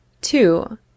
Two